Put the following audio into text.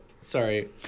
Sorry